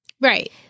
right